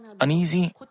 uneasy